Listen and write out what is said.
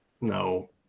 No